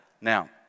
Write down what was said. Now